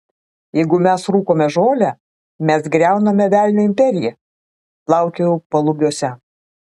jeigu mes rūkome žolę mes griauname velnio imperiją plaukiojau palubiuose